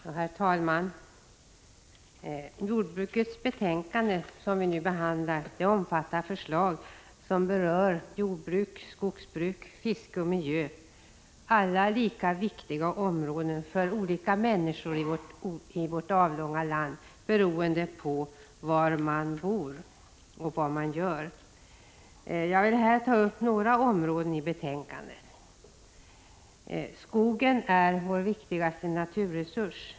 Herr talman! Jordbruksutskottets betänkande som vi nu behandlar omfattar förslag som berör jordbruk, skogsbruk, fiske och miljö — alla områden lika viktiga för olika människor i vårt avlånga land, beroende på var de bor och vad de gör. Jag vill här ta upp några områden i betänkandet. Skogen är vår viktigaste naturresurs.